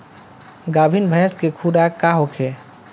गाभिन भैंस के खुराक का होखे?